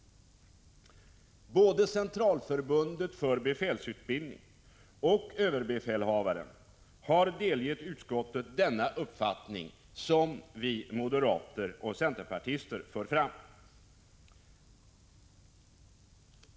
Både Centralförbundet för befälsutbildning och överbefälhavaren har delgett utskottet denna uppfattning, som vi moderater och centerpartister för fram.